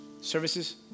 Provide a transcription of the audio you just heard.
services